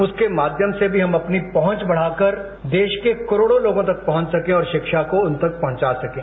उसके माध्यम से भी हम अपनी पहुंच बढ़ाकर देश के करोड़ों लोगों तक पहुंच सकें और शिक्षा को उन तक पहुंचा सकें